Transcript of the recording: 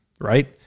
right